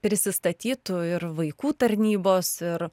prisistatytų ir vaikų tarnybos ir